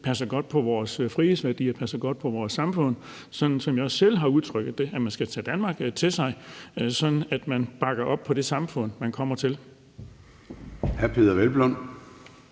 passer godt på vores frihedsværdier og passer godt på vores samfund, sådan som jeg også selv har udtrykt det: Man skal tage Danmark til sig, sådan at man bakker op om det samfund, man kommer til. Kl.